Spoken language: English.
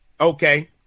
Okay